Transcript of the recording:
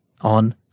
on